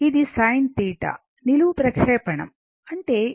ఇది sin θ నిలువు ప్రక్షేపణం అంటే A B OA కి సమానం